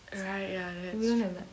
right ya that's true